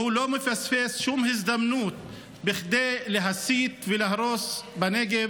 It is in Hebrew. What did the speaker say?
והוא לא מפספס שום הזדמנות כדי להסית ולהרוס בנגב.